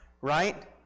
right